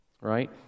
right